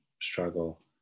struggle